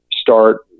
start